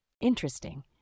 Interesting